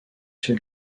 chef